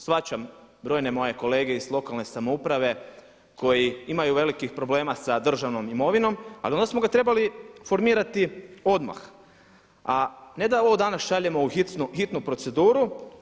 Shvaćam brojne moje kolege iz lokalne samouprave koji imaju velikih problema sa državnom imovinom ali onda smo ga trebali formirati odmah, a ne da ovo danas šaljemo u hitnu proceduru.